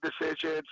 decisions